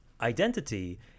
identity